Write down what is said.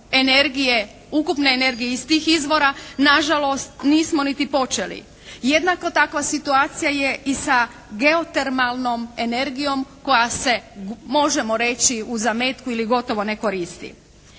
energije, ukupne energije iz tih izvora na žalost nismo niti počeli. Jednako takva situacija je i sa geotermalnom energijom koja se možemo reći u zametku ili gotovo ne koristi.